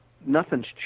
nothing's